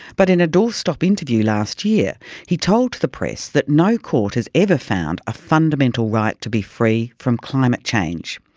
but in a doorstop interview last year he told the press that no court has ever found a fundamental right to be free from climate change.